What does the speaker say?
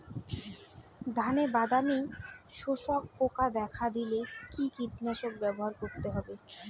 ধানে বাদামি শোষক পোকা দেখা দিলে কি কীটনাশক ব্যবহার করতে হবে?